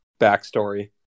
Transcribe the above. backstory